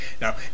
Now